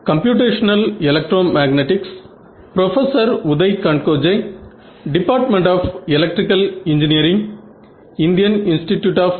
இந்த MoM ஐ தீர்ப்பதற்கு நாம் எந்த முறையை பயன்படுத்தினோம்